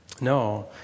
No